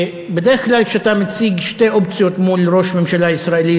בדרך כלל כשאתה מציג שתי אופציות מול ראש ממשלה ישראלי,